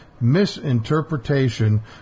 misinterpretation